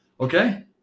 Okay